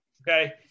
okay